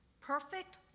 Perfect